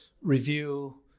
review